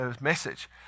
message